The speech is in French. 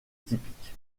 typique